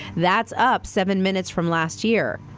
that's up seven minutes from last year.